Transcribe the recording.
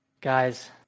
guys